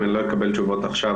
אם אני לא אקבל תשובות עכשיו,